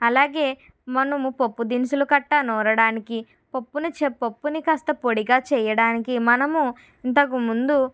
అలాగే మనము పప్పు దినుసులు కట్ట నూరడానికి పప్పుని కాస్త పొడిగా చేయడానికి మనము ఇంతకు ముందు